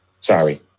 sorry